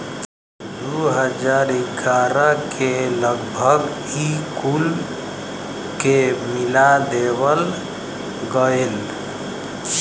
दू हज़ार ग्यारह के लगभग ई कुल के मिला देवल गएल